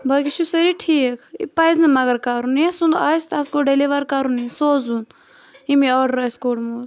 باقٕے چھِو سٲری ٹھیٖک یہِ پَزِ نہٕ مگر کرُن یَس سُنٛد آسہِ تَس گوٚو ڈیٚلِور کَرُن سوزُن ییٚمۍ یہِ آرڈَر آسہِ کَوٚرمُت